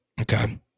Okay